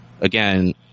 again